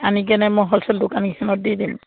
আনি কেনে মই হ'লছেল দোকান কেইখনত দি দিম